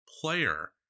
player